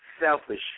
selfish